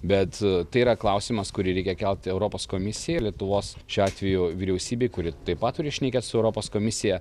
bet tai yra klausimas kurį reikia kelti europos komisijai lietuvos šiuo atveju vyriausybei kuri taip pat turi šnekėt su europos komisija